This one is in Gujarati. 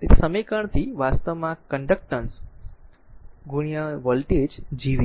તેથી આ સમીકરણથી વાસ્તવમાં i કંડકટનસ voltage Gv